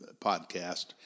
podcast